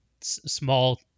small